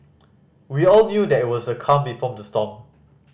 we all knew that it was the calm before the storm